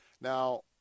Now